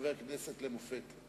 כחבר כנסת למופת.